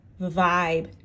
vibe